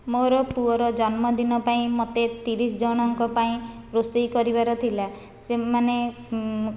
ମୋର ପୁଅର ଜନ୍ମ ଦିନ ପାଇଁ ମୋତେ ତିରିଶ ଜଣଙ୍କ ପାଇଁ ରୋଷେଇ କରିବାର ଥିଲା ସେମାନେ